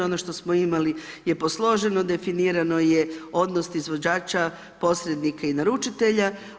Ono što smo imali je posloženo, definirano je odnos izvođača, posrednika i naručitelja.